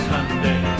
Sunday